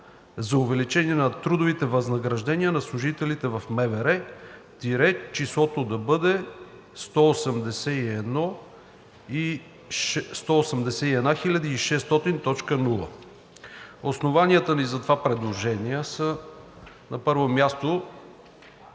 „за увеличение на трудовите възнаграждения на служителите в МВР“ – числото да бъде „181 600,0“. Основанията ни за това предложение са, на първо място,